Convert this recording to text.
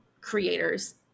creators